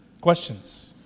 Questions